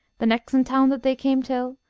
the nextan' town that they came till,